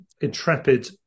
intrepid